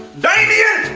damien!